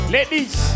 Ladies